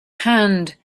hand